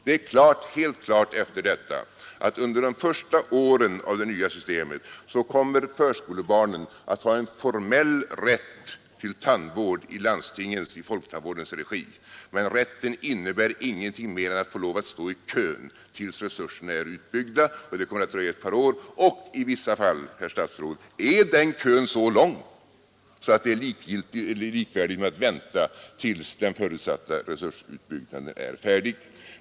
Det är helt klart efter detta, att under de första åren av det nya systemet kommer förskolebarnen att ha en formell rätt till tandvård i folktandvårdens regi, men rätten innebär ingenting mer än att de får lov att stå i kön tills resurserna är utbyggda, och det kommer att dröja ett par år. Och i vissa fall, herr statsråd, är den kön så lång att detta är likvärdigt med att vänta tills den förutsatta resursutbyggnaden är färdig.